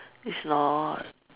it's not